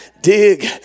Dig